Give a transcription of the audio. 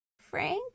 Frank